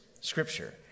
scripture